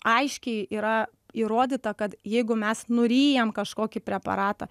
aiškiai yra įrodyta kad jeigu mes nuryjam kažkokį preparatą